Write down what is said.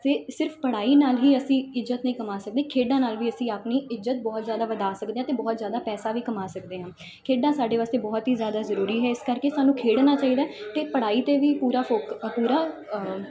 ਸਿ ਸਿਰਫ ਪੜ੍ਹਾਈ ਨਾਲ ਹੀ ਅਸੀਂ ਇੱਜ਼ਤ ਨਹੀਂ ਕਮਾ ਸਕਦੇ ਖੇਡਾਂ ਨਾਲ ਵੀ ਅਸੀਂ ਆਪਣੀ ਇੱਜ਼ਤ ਬਹੁਤ ਜ਼ਿਆਦਾ ਵਧਾ ਸਕਦੇ ਹਾਂ ਅਤੇ ਬਹੁਤ ਜ਼ਿਆਦਾ ਪੈਸਾ ਵੀ ਕਮਾ ਸਕਦੇ ਹਾਂ ਖੇਡਾਂ ਸਾਡੇ ਵਾਸਤੇ ਬਹੁਤ ਹੀ ਜ਼ਿਆਦਾ ਜ਼ਰੂਰੀ ਹੈ ਇਸ ਕਰਕੇ ਸਾਨੂੰ ਖੇਡਣਾ ਚਾਹੀਦਾ ਅਤੇ ਪੜ੍ਹਾਈ 'ਤੇ ਵੀ ਪੂਰਾ ਫੋਕ ਪੂਰਾ